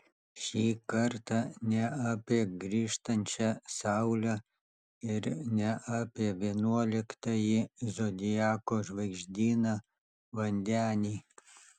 šį kartą ne apie grįžtančią saulę ir ne apie vienuoliktąjį zodiako žvaigždyną vandenį